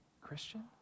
christian